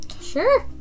Sure